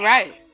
Right